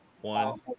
One